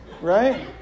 right